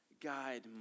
guide